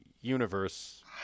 universe